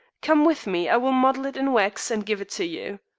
come with me. i will model it in wax and give it to you.